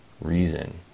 reason